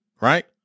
Right